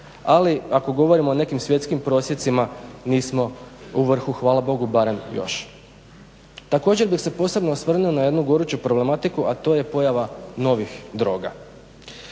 Ali ako govorimo o nekim svjetskim prosjecima nismo u vrhu, hvala Bogu barem još. Također bih se posebno osvrnuo na jednu goruću problematiku a to je pojava novih droga.